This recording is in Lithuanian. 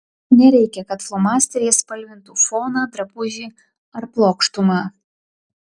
nereikia kad flomasteriais spalvintų foną drabužį ar plokštumą